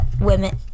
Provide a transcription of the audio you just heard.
women